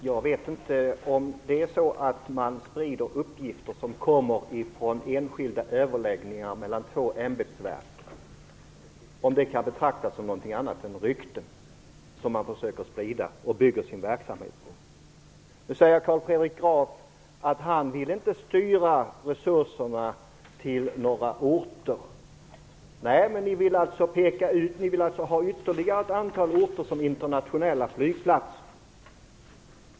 Fru talman! Om man sprider uppgifter som kommer ifrån enskilda överläggningar mellan två ämbetsverk vet jag inte om det kan betraktas som någonting annat än rykten, som man försöker sprida och bygga sin verksamhet på. Nu säger Carl Fredrik Graf att han inte vill styra resurserna till vissa orter. Nej, men ni vill ha ytterligare ett antal orter med internationella flygplatser.